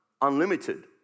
unlimited